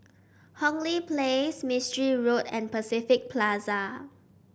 Hong Lee Place Mistri Road and Pacific Plaza